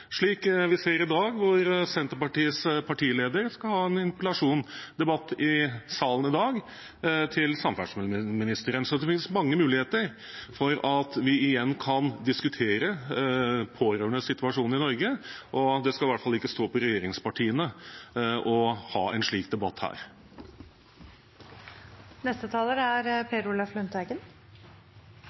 slik vi ser i dag, hvor Senterpartiets partileder skal ha en interpellasjonsdebatt i salen med samferdselsministeren. Det finnes mange muligheter for at vi igjen kan diskutere pårørendes situasjon i Norge. Det skal i hvert fall ikke stå på regjeringspartiene å ha en slik debatt